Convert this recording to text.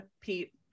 Pete